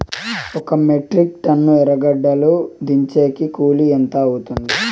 ఒక metric ton ఎర్రగడ్డలు దించేకి కూలి ఎంత అవుతుంది?